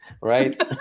right